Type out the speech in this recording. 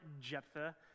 Jephthah